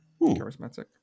charismatic